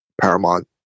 paramount